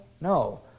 No